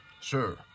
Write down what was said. Sure